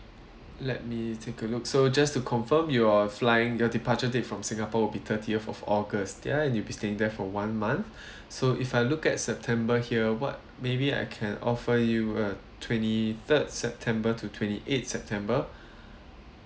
let me take a look so just to confirm your flying your departure date from singapore will be thirtieth of august there you'll be staying there for one month so if I look at september here what maybe I can offer you a twenty third september to twenty eighth september